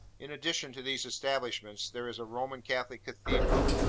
in addition to these establishments, there is a roman catholic cathedral,